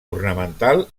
ornamental